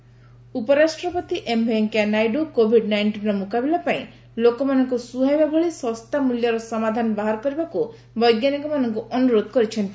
VP scientist ଉପରାଷ୍ଟ୍ରପତି Venkaiah Naidu Covid ନାଇଷ୍ଟିନ୍ର ମୁକାବିଲା ପାଇଁ ଲୋକମାନଙ୍କୁ ସୁହାଇବା ଭଳି ଶସ୍ତା ମୂଲ୍ୟର ସମାଧାନ ବାହାର କରିବାକୁ ବୈଜ୍ଞାନିକମାନଙ୍କ ଅନ୍ତରୋଧ କରିଛନ୍ତି